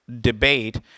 debate